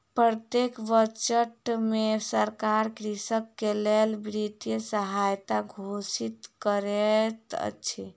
प्रत्येक बजट में सरकार कृषक के लेल वित्तीय सहायता घोषित करैत अछि